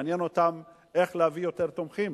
מעניין אותם איך להביא יותר תומכים,